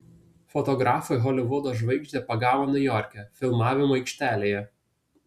fotografai holivudo žvaigždę pagavo niujorke filmavimo aikštelėje